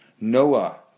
Noah